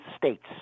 states